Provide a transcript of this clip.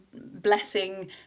blessing